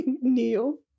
Neil